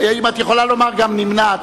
אם את יכולה לומר גם "נמנעת",